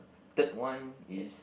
third one is